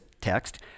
text